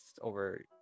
over